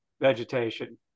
vegetation